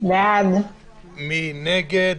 מי נגד?